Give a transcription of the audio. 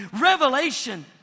revelation